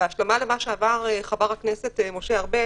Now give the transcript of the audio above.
ובהשלמה למה שאמר חבר הכנסת משה ארבל